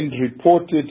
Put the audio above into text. reported